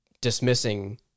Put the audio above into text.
dismissing